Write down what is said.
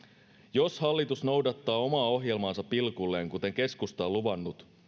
jos hallitus noudattaa omaa ohjelmaansa pilkulleen kuten keskusta on luvannut